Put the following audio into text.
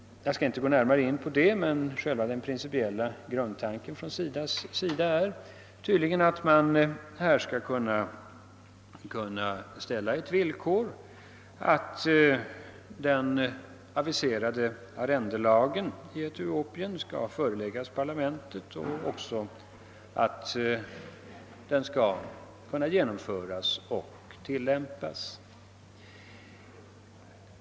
Jag skall inte gå in på den saken närmare, men SIDA:s principiella grundtanke är tydligen, att man här skall kunna ställa villkoret att den aviserade arrendelagen i Etiopien skall föreläggas parlamentet och att den också skall genomföras och tillämpas.